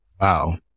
Wow